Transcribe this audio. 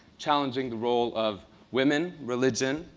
challenging the role of women, religion,